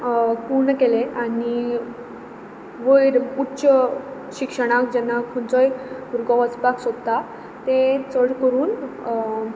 पुर्ण केलें आनी वयर उच्च शिक्षणाक जेन्ना खंयचोय भुरगो वचपाक सोदता तें चड करून